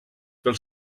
pel